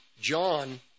John